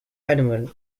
animal